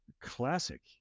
classic